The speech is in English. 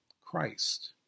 Christ